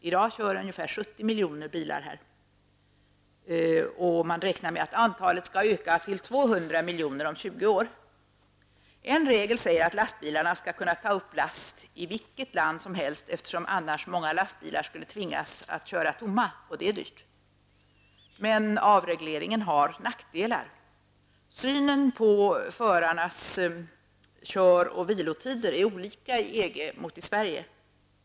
I dag kör ungefär 70 miljoner bilar här. Man räknar med att antalet skall ha ökat till 200 miljoner om 20 år. En regel säger att lastbilarna skall kunna ta upp last i vilket land som helst, eftersom många lastbilar annars skulle tvingas köra tomma -- och det är dyrt. Men avregleringen har nackdelar. Synen på förarnas kör och vilotider i EG är olika mot dem i Sverige.